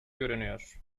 görünüyor